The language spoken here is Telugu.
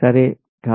సరే